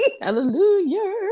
Hallelujah